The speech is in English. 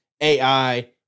AI